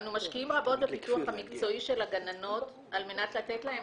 אנו משקיעים רבות בפיתוח המקצועי של הגננות על מנת לתת להן